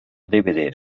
dvd